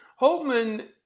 Holtman